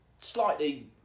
slightly